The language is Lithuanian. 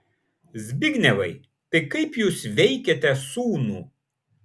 zbignevai tai kaip jūs veikiate sūnų